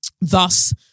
Thus